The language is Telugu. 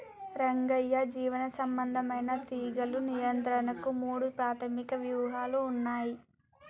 రంగయ్య జీవసంబంధమైన తీగలు నియంత్రణకు మూడు ప్రాధమిక వ్యూహాలు ఉన్నయి